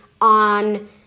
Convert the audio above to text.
on